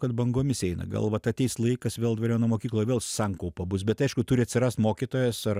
kad bangomis eina gal vat ateis laikas vėl dvariono mokykloj vėl sankaupa bus bet aišku turi atsirast mokytojas ar